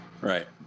right